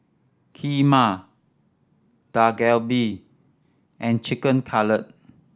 Kheema Dak Galbi and Chicken Cutlet